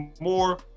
more